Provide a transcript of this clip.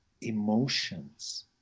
emotions